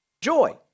Joy